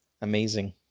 Amazing